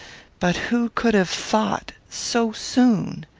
but who could have thought! so soon!